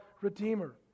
Redeemer